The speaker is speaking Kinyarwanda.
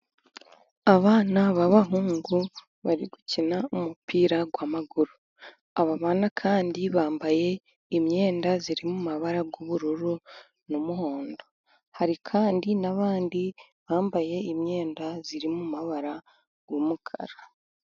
Abana b'abahungu bari gukina umupira w'amaguru, aba bana kandi bambaye imyenda iri mu mabara y'ubururu n'umuhondo, hari kandi n'abandi bambaye imyenda iri mu mabara y'umukara.